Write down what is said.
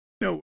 no